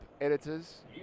editors